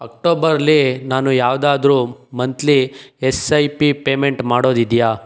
ಅಕ್ಟೋಬರಲ್ಲಿ ನಾನು ಯಾವುದಾದ್ರು monthly S I P payment ಮಾಡೋದಿದೆಯಾ